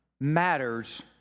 matters